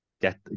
Get